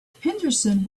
henderson